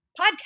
podcast